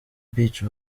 beach